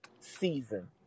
season